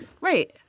right